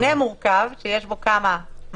זה מבנה מורכב שיש בו כמה מעסיקים,